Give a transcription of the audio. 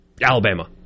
Alabama